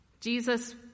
Jesus